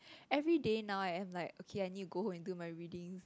everyday now I am like okay I need to go home and do my readings